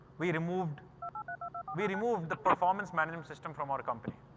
we removed we removed the performance management system from our company.